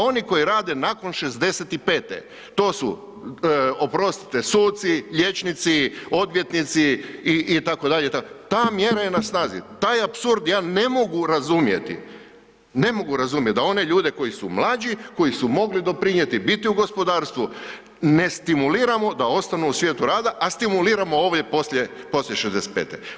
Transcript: Oni koji rade nakon 65., to su oprostite suci, liječnici, odvjetnici itd., itd., ta mjera je na snazi, taj apsurd ja ne mogu razumjeti, ne mogu razumjeti da one ljude koji su mlađi, koji su mogli doprinijeti biti u gospodarstvu ne stimuliramo da ostanu u svijetu rada, a stimuliramo ove poslije 65.